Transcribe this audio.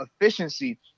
efficiency